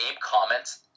comments